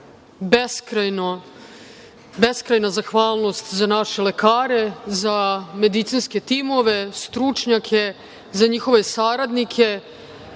beskrajna zahvalnost za naše lekare, za medicinske timove, stručnjake, za njihove saradnike.